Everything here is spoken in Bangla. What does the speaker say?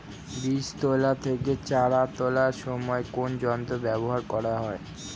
বীজ তোলা থেকে চারা তোলার সময় কোন যন্ত্র ব্যবহার করা হয়?